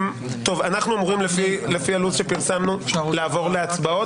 אנחנו אמורים לפי הלו"ז שפרסמנו לעבור להצבעות.